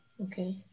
Okay